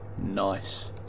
Nice